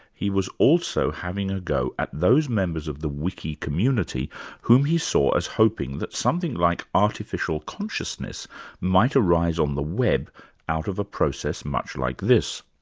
he was also having a go at those members of the wiki community whom he saw as hoping that something like artificial consciousness might arise on the web out of a process much like this.